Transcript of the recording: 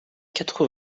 quatre